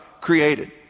created